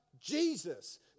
Jesus